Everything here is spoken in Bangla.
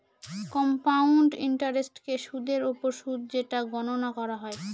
কম্পাউন্ড ইন্টারেস্টকে সুদের ওপর সুদ যেটা গণনা করা হয়